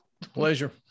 Pleasure